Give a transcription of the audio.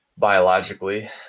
biologically